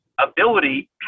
ability –